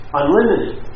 unlimited